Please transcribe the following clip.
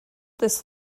this